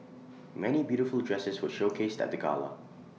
many beautiful dresses were showcased at the gala